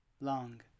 long